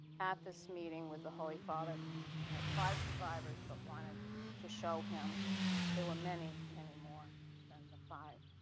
at this meeting with the holy father had five survivors but wanted to show him there were many, many more than the five.